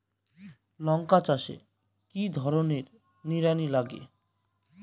লঙ্কা চাষে কি ধরনের নিড়ানি লাগে?